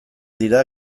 dira